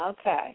okay